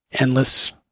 endless